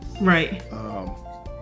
Right